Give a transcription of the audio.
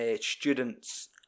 student's